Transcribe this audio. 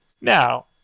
Now